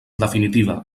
definitiva